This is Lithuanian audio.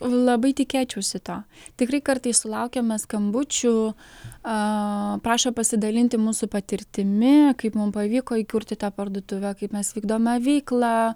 labai tikėčiausi to tikrai kartais sulaukiame skambučių prašo pasidalinti mūsų patirtimi kaip mum pavyko įkurti tą parduotuvę kaip mes vykdome veiklą